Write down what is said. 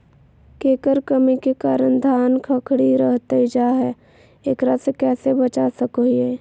केकर कमी के कारण धान खखड़ी रहतई जा है, एकरा से कैसे बचा सको हियय?